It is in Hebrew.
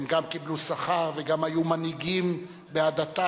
הם גם קיבלו שכר וגם היו מנהיגים בעדתם.